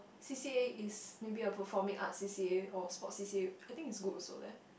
C_C_A is maybe a performing arts C_C_A or sports C_C_A I think is good also leh